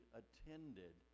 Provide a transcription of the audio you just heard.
attended